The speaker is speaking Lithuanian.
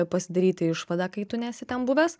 pasidaryti išvadą kai tu nesi ten buvęs